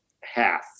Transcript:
half